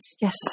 Yes